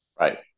Right